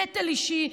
נטל אישי,